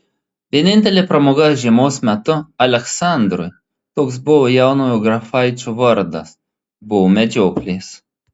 vienintelė pramoga žiemos metu aleksandrui toks buvo jaunojo grafaičio vardas buvo medžioklės